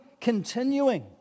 continuing